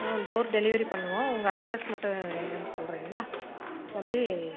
on door delivery பண்ணுவோம் உங்கள் address மட்டும் என்னான்னு சொல்றிங்களா சொல்லி